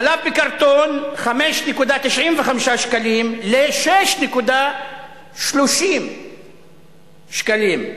חלב בקרטון, מ-5.95 שקלים ל-6.30 שקלים,